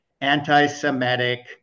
anti-Semitic